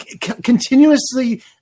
continuously